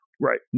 Right